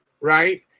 right